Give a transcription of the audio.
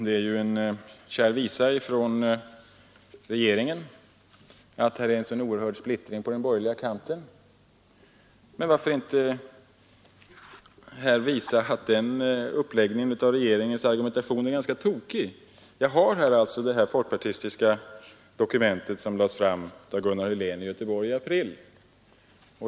Det är ju en kär visa från regeringen att det råder en sådan oerhörd splittring på den borgerliga kanten. Men varför inte visa att den uppläggningen av regeringens argumentation i detta avseende är ganska tokig. Jag har i min hand det folkpartistiska dokument som lades fram av Gunnar Helén i april.